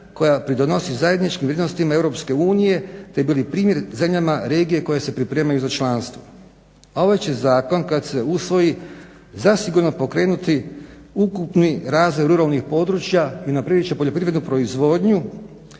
koja pridonosi zajedničkim vrijednostima Europske unije te bili primjer zemljama regije koje se pripremaju za članstvo. A ovaj će zakon kad se usvoji zasigurno pokrenuti ukupni razvoj ruralnih područja i unaprijedit će poljoprivrednu proizvodnju,